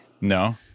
No